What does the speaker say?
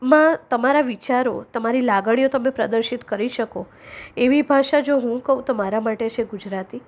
માં તમારા વિચારો તમારી લાગણીઓ પ્રદર્શિત કરી શકો એવી ભાષા જો હું કહુ તો મારા માટે છે ગુજરાતી